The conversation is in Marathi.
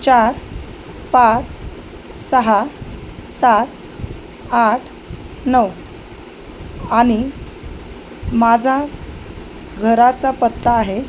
चार पाच सहा सात आठ नऊ आणि माझा घराचा पत्ता आहे